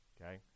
okay